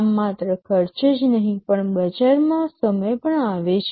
આમ માત્ર ખર્ચ જ નહીં પણ બજારમાં સમય પણ આવે છે